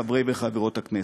חברי וחברות הכנסת,